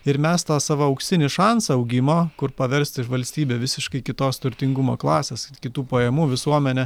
ir mes tą savo auksinį šansą augimo kur paversti valstybę visiškai kitos turtingumo klasės kitų pajamų visuomenę